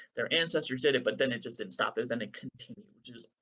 their ancestors did it, but then it just didn't stop there, then it continued. which is,